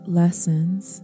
lessons